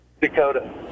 Dakota